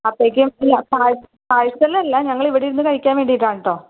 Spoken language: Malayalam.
അപ്പോഴേക്കും ഇല്ല പാർ പാർസൽ അല്ല ഞങ്ങൾ ഇവിടിരുന്നു കഴിക്കാൻ വേണ്ടിയിട്ടാണ് കെട്ടോ